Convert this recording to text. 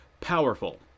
powerful